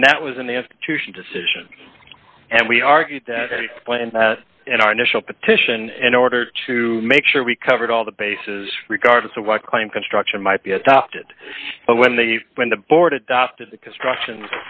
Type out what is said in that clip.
and that was an institution decision and we argued that in our initial petition in order to make sure we covered all the bases regardless of why claim construction might be adopted when the when the board adopted the construction